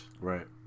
right